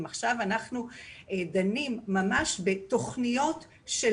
אם עכשיו אנחנו דנים ממש בתכניות של